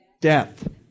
Death